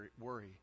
worry